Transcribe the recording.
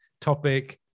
topic